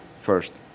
First